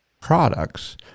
products